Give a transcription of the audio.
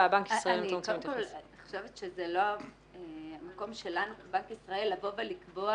אני חושבת שזה לא המקום שלנו כבנק ישראל לבוא ולקבוע